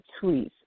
tweets